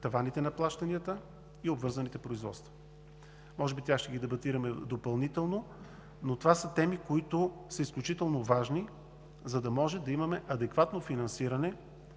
таваните на плащанията и обвързаните производства. Може би тях ще ги дебатираме допълнително, но това са теми, които са изключително важни, за да може да имаме адекватно финансиране